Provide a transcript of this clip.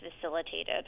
facilitated